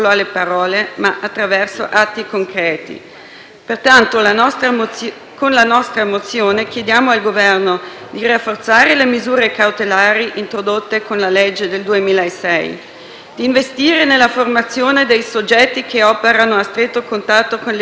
Pertanto, con la nostra mozione chiediamo al Governo di rafforzare le misure cautelari introdotte con la legge del 2006; di investire nella formazione dei soggetti che operano a stretto contatto con le vittime di violenza come le Forze dell'ordine;